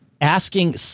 asking